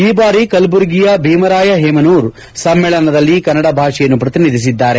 ಈ ಬಾರಿ ಕಲಬುರಗಿಯ ಭೀಮರಾಯ ಹೇಮನೂರ್ ಸಮ್ಮೇಳನದಲ್ಲಿ ಕನ್ನಡ ಭಾಷೆಯನ್ನು ಪ್ರತಿನಿಧಿಸಿದ್ದಾರೆ